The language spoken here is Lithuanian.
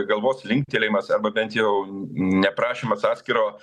galvos linktelėjimas arba bent jau ne prašymas atskiro